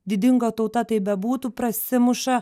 didinga tauta tai bebūtų prasimuša